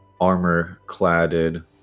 armor-cladded